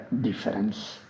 difference